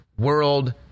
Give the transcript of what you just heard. world